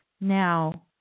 Now